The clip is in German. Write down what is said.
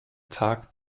tag